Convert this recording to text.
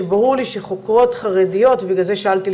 שברור לי שחוקרות חרדיות ובגלל זה שאלתי,